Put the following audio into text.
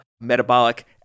metabolic